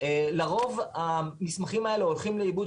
לרוב המסמכים האלה הולכים לאיבוד.